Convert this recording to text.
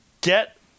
get